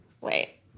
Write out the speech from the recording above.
wait